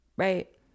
Right